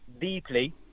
deeply